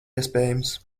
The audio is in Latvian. iespējams